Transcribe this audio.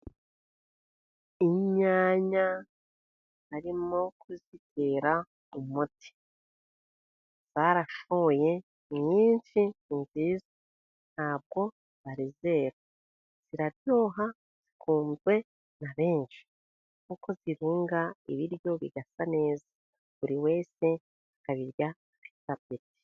Inyanya barimo kuzitera umuti, zarashoye ni nyinshi, ni nziza, ntabwo zari zera, ziraryoha, zikunzwe na benshi, kuko zihindura ibiryo bigasa neza, buri wese abirya afite apeti.